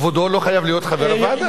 כבודו לא חייב להיות חבר הוועדה.